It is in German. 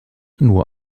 nur